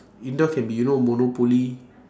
indoor can be you know monopoly